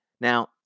Now